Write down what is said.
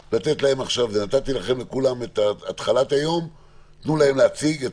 נתתי לכולכם לדבר בהתחלה ואני מבקש שתיתנו להם לדבר ולהציג.